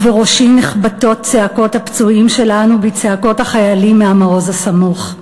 ובראשי נחבטות צעקות הפצועים שלנו בצעקות החיילים מהמעוז הסמוך.